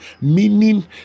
meaning